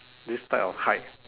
this type of height